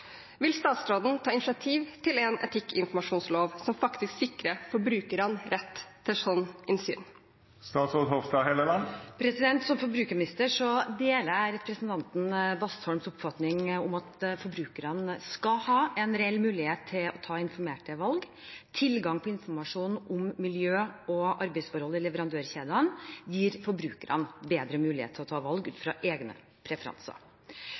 Vil statsråden ta initiativ til en etikkinformasjonslov som sikrer forbrukerne rett til slikt innsyn?» Som forbrukerminister deler jeg representanten Bastholms oppfatning om at forbrukerne skal ha en reell mulighet til å ta informerte valg. Tilgang på informasjon om miljø og arbeidsforhold i leverandørkjedene gir forbrukerne bedre mulighet til å ta valg ut fra egne preferanser.